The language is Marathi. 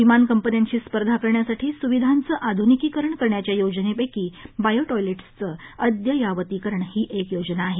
विमान कंपन्यांशी स्पर्धा करण्यासाठी सुविधांचे आध्निकीकरण करण्याच्या योजनेपैकी बायोटॉयलेट्सचं अद्ययावतीकरण ही एक योजना आहे